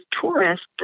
tourists